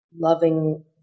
loving